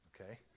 Okay